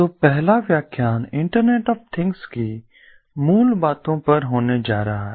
तो पहला व्याख्यान इंटरनेट ऑफ थिंग्स की मूल बातें पर होने जा रहा है